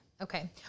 Okay